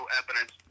evidence